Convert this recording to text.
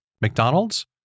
McDonald's